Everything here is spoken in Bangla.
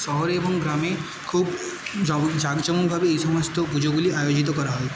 শহরে এবং গ্রামে খুব জমক জাঁকজমকভাবে এই সমস্ত পুজোগুলি আয়োজিত করা হয়